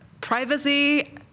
privacy